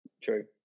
True